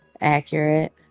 Accurate